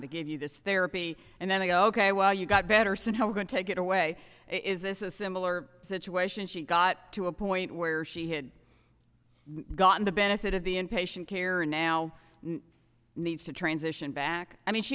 they gave you this therapy and then they go ok well you got better somehow we're going to take it away is this a similar situation she got to a point where she had gotten the benefit of the in patient care and now needs to transition back i mean she